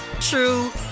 true